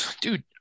Dude